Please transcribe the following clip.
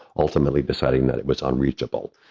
ultimately deciding that it was unreachable.